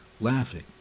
laughing